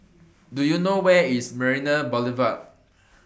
Do YOU know Where IS Marina Boulevard